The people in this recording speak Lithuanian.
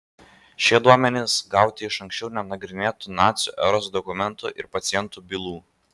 šie duomenys gauti iš anksčiau nenagrinėtų nacių eros dokumentų ir pacientų bylų